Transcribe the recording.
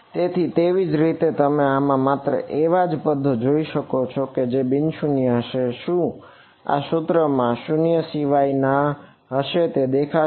તેથી તેવીજ રીતે તમે આમાં માત્ર એવા જ પદો જોઈ શકશો કે જે બિન શૂન્ય હશે શું આ સૂત્રમાં જે શૂન્ય શિવાય ના હશે તે દેખાશે